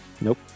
Nope